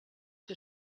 que